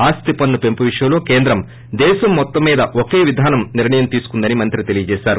ఆస్తి పన్ను పెంపు విషయంలో కేంద్రం దేశం మొత్తం మీద ఒక విధాన నిర్ణయం తీసుకుందని మంత్రి తెలియజేశారు